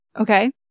okay